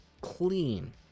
clean